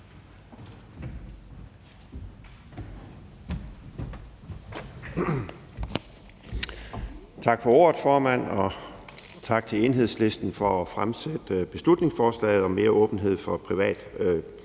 Tak for ordet, formand, og tak til Enhedslisten for at fremsætte beslutningsforslaget om mere åbenhed om privat